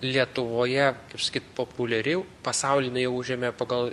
lietuvoje kaip sakyt populiari pasauly jinai užėmė pagal